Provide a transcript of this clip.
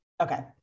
Okay